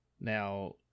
Now